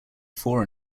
fore